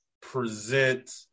present